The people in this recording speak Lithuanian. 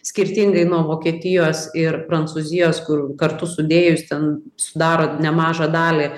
skirtingai nuo vokietijos ir prancūzijos kur kartu sudėjus ten sudaro nemažą dalį